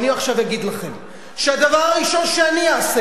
ואני עכשיו אגיד לכם שהדבר הראשון שאני אעשה,